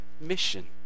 mission